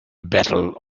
battle